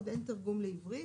עוד אין תרגום לעברית,